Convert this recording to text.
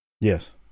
Yes